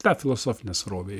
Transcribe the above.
ta filosofinė srovė